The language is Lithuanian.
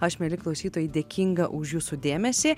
aš mieli klausytojai dėkinga už jūsų dėmesį